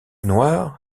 noire